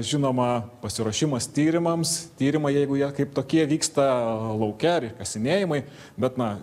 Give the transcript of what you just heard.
žinoma pasiruošimas tyrimams tyrimai jeigu jie kaip tokie vyksta lauke ar kasinėjimai bet na